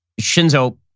Shinzo